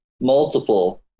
multiple